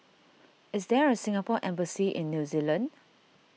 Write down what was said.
is there a Singapore Embassy in New Zealand